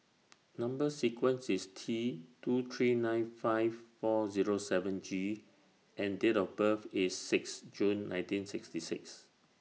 Number sequence IS T two three nine five four Zero seven G and Date of birth IS six June nineteen sixty six